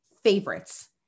favorites